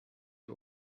you